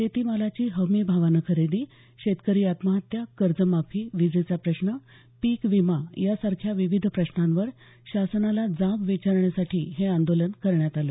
शेतीमालाची हमीभावानं खरेदी शेतकरी आत्महत्या कर्जमाफी विजेचा प्रश्न पीक विमा यासारख्या विविध प्रश्नांवर शासनाला जाब विचारण्यासाठी हे आंदोलन करण्यात आलं